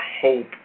hope